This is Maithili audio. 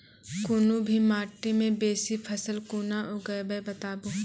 कूनू भी माटि मे बेसी फसल कूना उगैबै, बताबू?